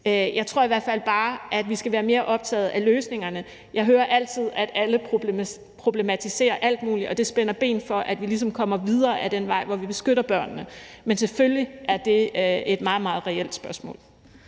Jeg tror i hvert fald bare, at vi skal være mere optaget af løsningerne. Jeg hører altid, at alle problematiserer alt muligt, og det spænder ben for, at vi ligesom kommer videre ad den vej, hvor vi beskytter børnene. Men selvfølgelig er det et meget, meget reelt spørgsmål.